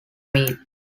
meal